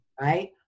right